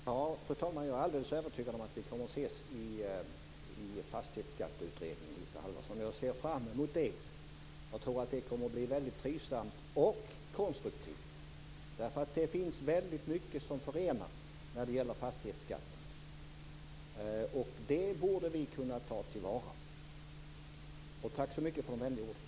Fru talman! Jag är alldeles övertygad om att vi kommer att ses i Fastighetsskatteutredningen, Isa Halvarsson. Jag ser fram emot det. Jag tror att det kommer att bli väldigt trivsamt och konstruktiv. Det finns väldigt mycket som förenar när det gäller fastighetsskatten. Det borde vi kunna ta till vara. Tack så mycket för de vänliga orden!